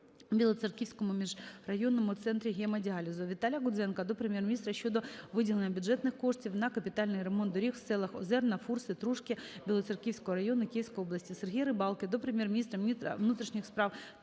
Віталія Гудзенка до Прем'єр-міністра щодо виділення бюджетних коштів на капітальний ремонт доріг в селах Озерна, Фурси, Трушки Білоцерківського району Київської області. Сергія Рибалки до Прем'єр-міністра, міністра внутрішніх справ,